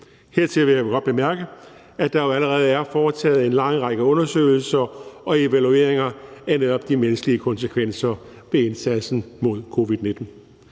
Hertil vil jeg da godt bemærke, at der jo allerede er foretaget en lang række undersøgelser og evalueringer af netop de menneskelige konsekvenser ved indsatsen mod covid-19.